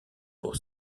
pour